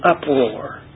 uproar